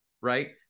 right